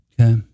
Okay